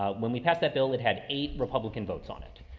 um when we passed that bill, it had eight republican votes on it,